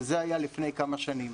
זה היה לפני כמה שנים.